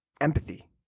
Empathy